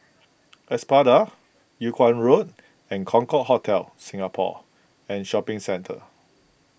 Espada Yung Kuang Road and Concorde Hotel Singapore and Shopping Centre